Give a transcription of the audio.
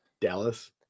Dallas